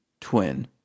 twin